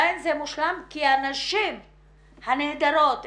כי הנשים הנהדרות,